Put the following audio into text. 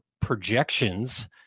projections